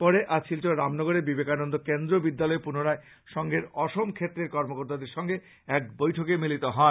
পরে আজ শিলচর রামনগরের বিবেকানন্দ কেন্দ্র বিদ্যালয়ে পুনরায় সংঘের অসম ক্ষেত্রের কর্মকর্তাদের সঙ্গে এক বৈঠকে মিলিত হন